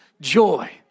joy